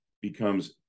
becomes